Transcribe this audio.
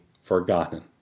forgotten